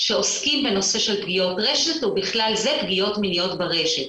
שעוסקים בנושא של פגיעות רשת ובכלל זה פגיעות מיניות ברשת,